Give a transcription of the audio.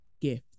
gift